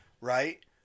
right